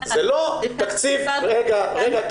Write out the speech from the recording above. זה לא תקציב ------ רגע,